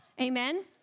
amen